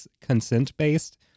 consent-based